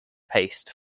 paste